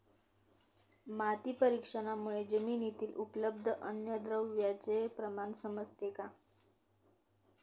माती परीक्षणामुळे जमिनीतील उपलब्ध अन्नद्रव्यांचे प्रमाण समजते का?